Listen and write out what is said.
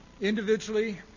individually